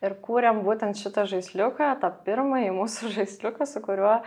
ir kūrėm būtent šitą žaisliuką tą pirmąjį mūsų žaisliuką su kuriuo